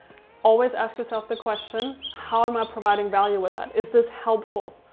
always ask yourself the question, how am i providing value with that? is this helpful?